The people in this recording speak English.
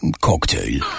Cocktail